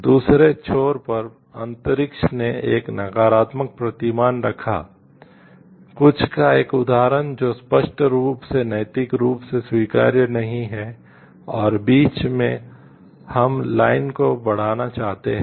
दूसरे छोर पर अंतरिक्ष ने एक नकारात्मक प्रतिमान रखा कुछ का एक उदाहरण जो स्पष्ट रूप से नैतिक रूप से स्वीकार्य नहीं है और बीच में हम लाइन को बढ़ाना चाहते हैं